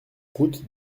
route